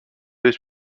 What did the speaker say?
was